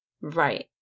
Right